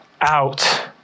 out